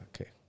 okay